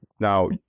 Now